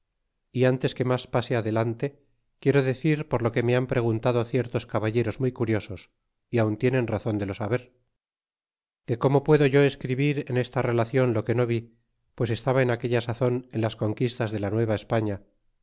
y antes que mas pase adelante quiero decir por lo que me han preguntado ciertos caballeros muy curiosos y aun tienen razon de lo saber y que cómo puedo yo escribir en esta relacion lo que no vi pues estaba en aquella sazon en las conquistas de la